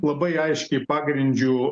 labai aiškiai pagrindžiu